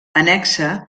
annexa